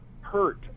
hurt